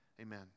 Amen